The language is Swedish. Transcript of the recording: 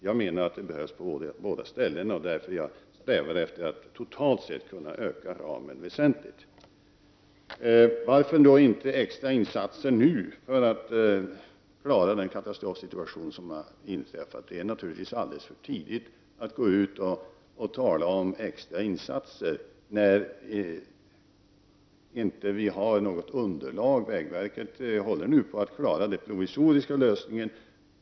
Jag menar att resurser behövs på båda ställena, och därför har jag strävat efter att totalt kunna öka ramen väsentligt. Varför inte extrainsatser nu för att klara den katastrofsituation som har uppstått? Det är naturligtvis alldeles för tidigt att gå ut och tala om extrainsatser när vi inte har något underlag. Vägverket försöker nu klara den provisoriska lösningen.